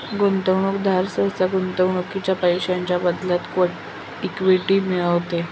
गुंतवणूकदार सहसा गुंतवणुकीच्या पैशांच्या बदल्यात इक्विटी मिळवतो